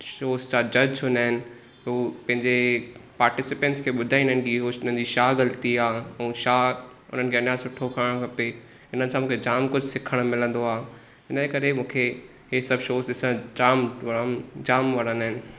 shows जा जज हूंदा आहिनि हो पंहिंजे पार्टिसिपेंटस खे ॿुधाईंदा आहिनि की हुनजी छा ग़लती आहे ऐं छा हुननि खे अञा सुठो करणु खपे हिन सां मूंखे जामु कुझु सिखणु मिलंदो आहे हिन करे मूंखे हे सभु शोज़ ॾिसणु जामु वणनि जामु वणंदा आहिनि